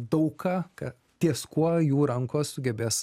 daug ką ką ties kuo jų rankos sugebės